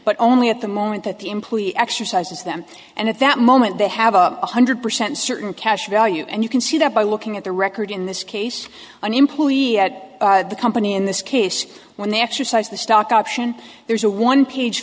but only at the moment that the employee exercises them and at that moment they have a one hundred percent certain cash value and you can see that by looking at the record in this case an employee at the company in this case when they exercised the stock option there's a one page